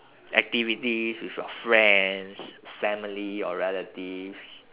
activities with your friends family or relatives